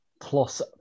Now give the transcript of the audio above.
Plus